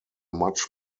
much